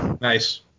Nice